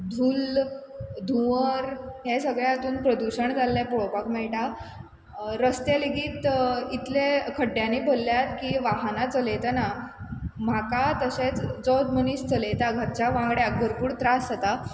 धुल्ल धुंवर हें सगळ्या हातून प्रदुशण जाल्लें पळोवपाक मेळटा रस्ते लेगीत इतले खड्ड्यानी भरल्यात की वाहानां चलयतना म्हाका तशेंच जो मनीस चलयता घरच्या वांगड्याक भरपूर त्रास जाता